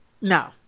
no